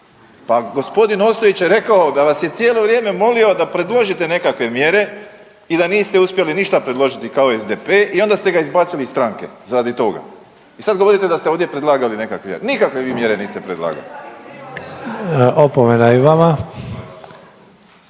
pa g. Ostojić je rekao da vas je cijelo vrijeme molio da predložite nekakve mjere i da niste uspjeli ništa predložiti kao SDP i onda ste ga izbaciti iz stranke radi toga i sad govorite da ste ovdje predlagali nekakve mjere, nikakve vi mjere niste predlagali. **Sanader,